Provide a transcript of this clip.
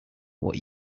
what